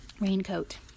raincoat